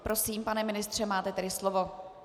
Prosím, pane ministře, máte tedy slovo.